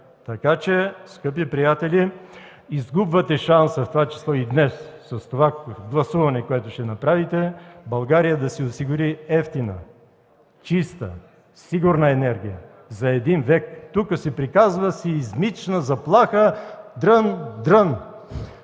Така че, скъпи приятели, изгубвате шанса, в това число и днес, с това гласуване, което ще направите, България да си осигури евтина, чиста, сигурна енергия за един век. Тук се приказва: „сеизмична заплаха”. Дрън-дрън!